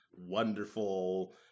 wonderful